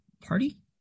party